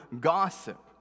gossip